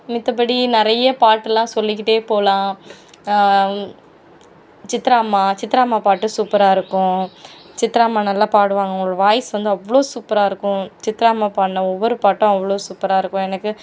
மற்றப்படி நிறைய பாட்டுல்லாம் சொல்லிக்கிட்டே போகலாம் சித்ரா அம்மா சித்ரா அம்மா பாட்டு சூப்பராக இருக்கும் சித்ரா அம்மா நல்லா பாடுவாங்கள் அவங்களோடய வாய்ஸ் வந்து அவ்வளோ சூப்பராக இருக்கும் சித்ரா அம்மா பாட்டுன ஒவ்வொரு பாட்டும் அவ்வளோ சூப்பராக இருக்கும் எனக்கு